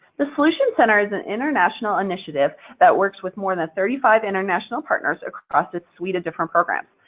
the solutions center is an international initiative that works with more than thirty five international partners across its suite of different programs.